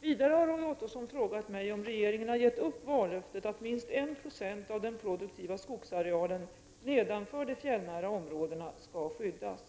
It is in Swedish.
Vidare har Roy Ottosson frågat mig om regeringen har gett upp vallöftet att minst 1 26 av den produktiva skogsarealen nedanför de fjällnära områdena skall skyddas.